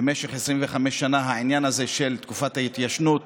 במשך 25 שנה, העניין הזה של תקופת ההתיישנות